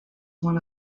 one